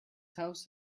house